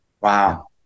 Wow